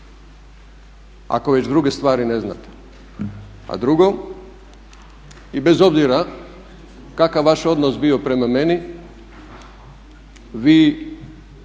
ako već druge stvari ne znate. A drugo i bez obzira kakav vaš odnos bio prema meni vi